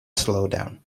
slowdown